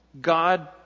God